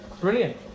brilliant